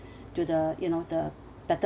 to the you know the better